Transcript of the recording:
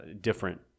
different